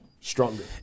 stronger